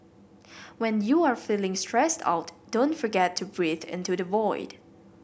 when you are feeling stressed out don't forget to breathe into the void